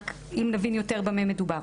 רק אם נבין יותר במה מדובר.